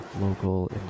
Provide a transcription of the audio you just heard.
local